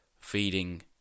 feeding